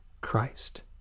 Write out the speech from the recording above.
Christ